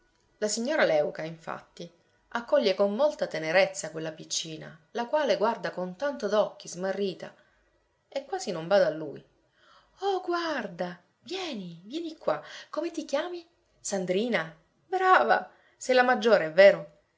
la signora léuca infatti accoglie con molta tenerezza quella piccina la quale guarda con tanto d'occhi smarrita e quasi non bada a lui oh guarda vieni vieni qua come ti chiami sandrina brava sei la maggiore è vero